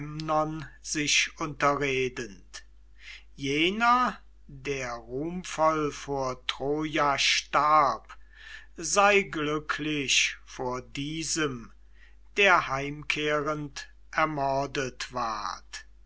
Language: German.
sich unterredend jener der ruhmvoll vor troja starb sei glücklich vor diesem der heimkehrend ermordet ward